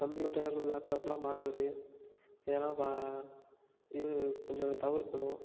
computer லேப்டாப்பெலாம் பார்க்கறது இதெல்லாம் பா இது கொஞ்சம் தவிர்க்கணும்